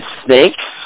snakes